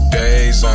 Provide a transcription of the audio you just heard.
days